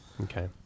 Okay